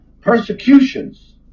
Persecutions